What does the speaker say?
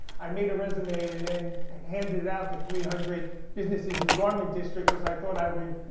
i made a resume and then handed it out to three hundred businesses in the garment district, because i thought i would,